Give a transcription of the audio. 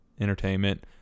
Entertainment